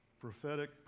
prophetic